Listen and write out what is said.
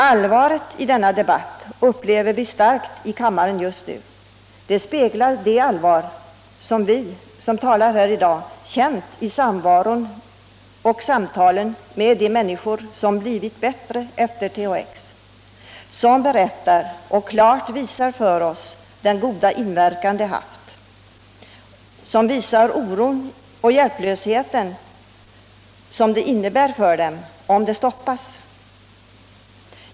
Allvaret i det hela upplever vi starkt i kammaren just nu. Debatten speglar det allvar som vi, som talar här i dag, känt i samvaron och samtalen med de människor som blivit bättre efter behandling med THX, som berättar om — och klart visar för oss — den goda inverkan det haft, som talar om oron och hjälplösheten som det innebär för dem om medlet stoppas.